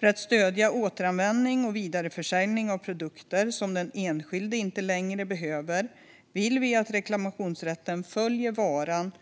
För att stödja återanvändning och vidareförsäljning av produkter som den enskilde inte längre behöver vill vi att reklamationsrätten följer varan